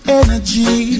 energy